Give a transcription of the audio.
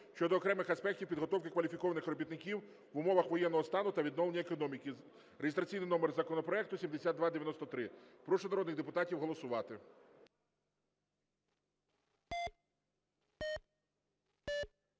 щодо окремих аспектів підготовки кваліфікованих робітників в умовах воєнного стану та відновлення економіки (реєстраційний номер законопроекту 7293). Прошу народних депутатів голосувати.